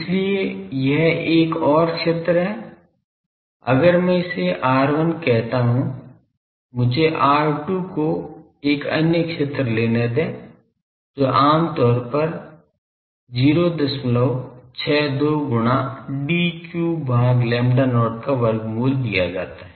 इसलिए यह एक और क्षेत्र है अगर मैं इसे R1 कहता हूं मुझे R2 को एक अन्य क्षेत्र लेने दें जो आम तौर पर 062 गुणा D cube भाग lambda not का वर्गमूल दिया जाता है